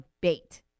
bait